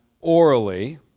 orally